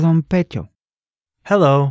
Hello